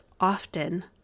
often